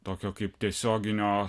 tokio kaip tiesioginio